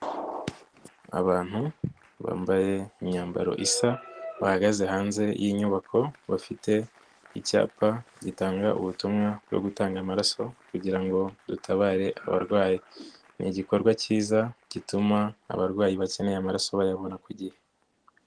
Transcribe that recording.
Abantu bambaye imyambaro isa, bahagaze hanze yin'inyubako bafite icyapa gitanga ubutumwa bwo gutanga amaraso kugira ngo dutabare abarwayi, ni igikorwa kiza gituma abarwayi bakeneye amaraso bayabona ku gihe.